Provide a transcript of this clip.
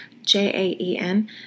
J-A-E-N